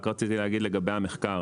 רק רציתי להגיד לגבי המחקר,